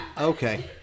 Okay